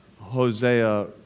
Hosea